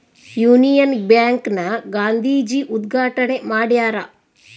Union bank ನ ಗಾಂಧೀಜಿ ಉದ್ಗಾಟಣೆ ಮಾಡ್ಯರ